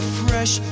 fresh